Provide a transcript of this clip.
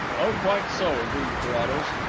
oh, quite so, agreed carrados.